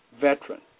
veteran